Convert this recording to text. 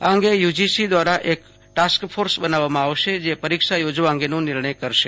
આ અંગે યુજીસી દ્વારા એક ટાસ્કફોર્સ બનાવવામાં આવશે જે પરીક્ષા યોજવા અંગેના નિર્ણય કરશે